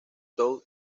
show